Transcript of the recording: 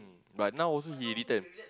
but now also he return